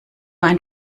ein